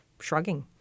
shrugging